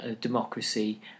democracy